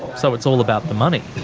so it's all about the money.